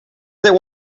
deu